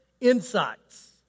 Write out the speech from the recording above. insights